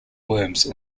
worms